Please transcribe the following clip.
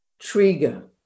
trigger